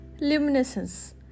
luminescence